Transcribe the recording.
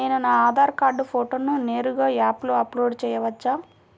నేను నా ఆధార్ కార్డ్ ఫోటోను నేరుగా యాప్లో అప్లోడ్ చేయవచ్చా?